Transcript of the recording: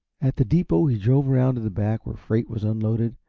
at the depot he drove around to the back where freight was unloaded,